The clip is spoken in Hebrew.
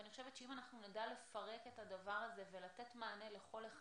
אני חושבת שאם אנחנו נדע לפרק את הדבר הזה ולתת מענה לכל אחד